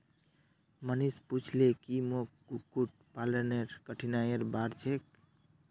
मनीष पूछले की मोक कुक्कुट पालनेर कठिनाइर बार छेक